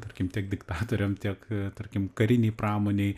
tarkim tiek diktatoriam tiek tarkim karinei pramonei